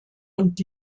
und